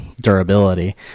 durability